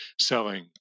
selling